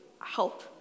help